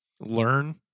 Learn